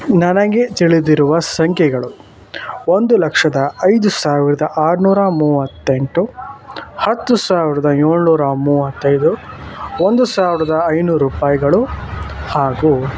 ನನಗೆ ತಿಳಿದಿರುವ ಸಂಖ್ಯೆಗಳು ಒಂದು ಲಕ್ಷದ ಐದು ಸಾವಿರದ ಆರುನೂರ ಮೂವತ್ತೆಂಟು ಹತ್ತು ಸಾವಿರದ ಏಳ್ನೂರ ಮೂವತ್ತೈದು ಒಂದು ಸಾವಿರದ ಐನೂರು ರೂಪಾಯಿಗಳು ಹಾಗೂ